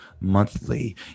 monthly